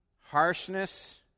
harshness